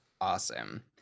awesome